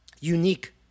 unique